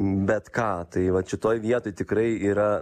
bet ką tai vat šitoj vietoj tikrai yra